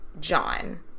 John